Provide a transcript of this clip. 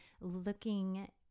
looking